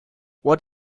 what